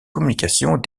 communications